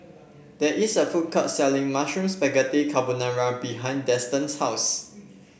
there is a food court selling Mushroom Spaghetti Carbonara behind Denton's house